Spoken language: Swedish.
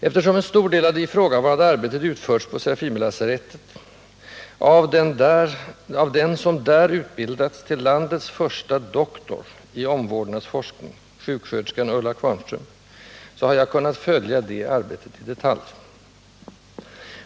Eftersom en stor del av det ifrågavarande arbetet utförts på Serafimerlasarettet och av den som där utbildats till landets första doktor i omvårdnadsforskning, sjuksköterskan Ulla Qvarnström, har jag kunnat följa det arbetet i detalj.